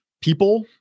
people